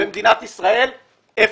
במדינת ישראל אפס.